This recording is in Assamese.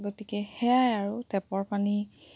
গতিকে সেয়াই আৰু টেপৰ পানী